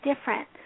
different